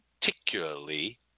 particularly